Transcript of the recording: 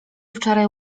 wczoraj